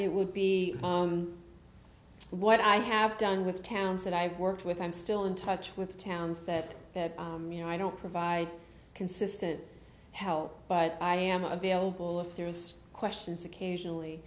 it would be what i have done with towns that i've worked with i'm still in touch with towns that you know i don't provide consistent health but i am available if there is questions occasionally